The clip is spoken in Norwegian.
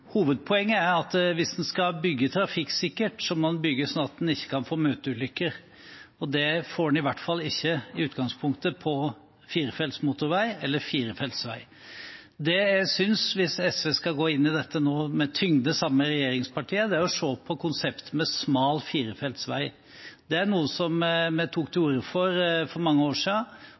Hovedpoenget er at hvis en skal bygge trafikksikkert, må en bygge sånn at en ikke kan få møteulykker. Det får en i utgangspunktet i hvert fall ikke på firefelts motorvei eller firefelts vei. Hvis SV nå skal gå inn i dette med tyngde sammen med regjeringspartiene, synes jeg de skal se på konseptet med smal firefelts vei. Det er noe som vi tok til orde for for mange år